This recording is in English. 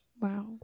Wow